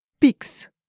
pix